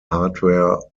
hardware